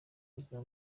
buzima